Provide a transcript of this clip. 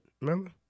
Remember